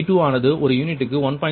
V2 ஆனது ஒரு யூனிட்டுக்கு 1